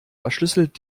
verschlüsselt